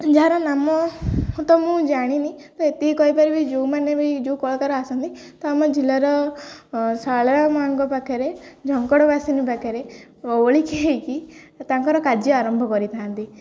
ଯାହାର ନାମ ତ ମୁଁ ଜାଣିନି ତ ଏତିକି କହିପାରିବି ଯୋଉମାନେ ବି ଯୋଉ କଳାକାର ଆସନ୍ତି ତ ଆମ ଜିଲ୍ଲାର ଶାରଳା ମାଙ୍କ ପାଖରେ ଝଙ୍କଡ଼ବାସିନୀ ପାଖରେ ଓଳିକି ହୋଇକି ତାଙ୍କର କାର୍ଯ୍ୟ ଆରମ୍ଭ କରିଥାନ୍ତି